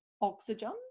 oxygen